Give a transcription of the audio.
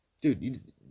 dude